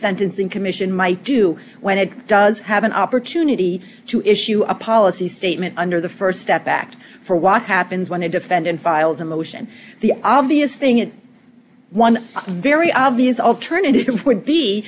sentencing commission might do when it does have an opportunity to issue a policy statement under the st step back for a walk happens when a defendant files a motion the obvious thing is one very obvious alternative would be